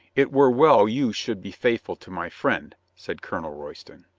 it were well you should be faithful to my friend, said colonel royston.